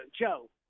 Joe